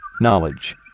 Knowledge